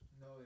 No